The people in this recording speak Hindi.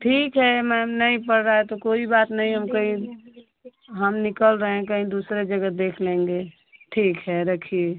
ठीक है मैम नहीं पड़ रहा है तो कोइ बात नहीं हम निकल रहे हैं कहीं दूसरी जगह देख लेंगे ठीक है रखिए